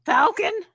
Falcon